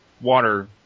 water